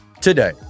today